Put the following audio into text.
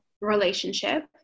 relationship